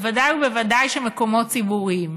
בוודאי ובוודאי מקומות ציבוריים,